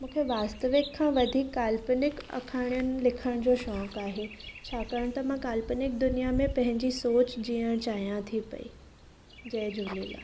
मूंखे वास्तविक खां वधीक काल्पनिक आखाणियुनि लिखण जो शौंक़ु आहे छाकाणि त मां काल्पनिक दुनिया में पंहिंजी सोच जिअणु चाहियां थी पई जय झूलेलाल